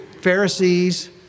Pharisees